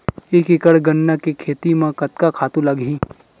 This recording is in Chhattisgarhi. एक एकड़ गन्ना के खेती म कतका खातु लगही?